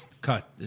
cut